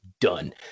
done